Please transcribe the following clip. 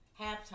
halftime